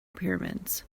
pyramids